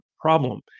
problem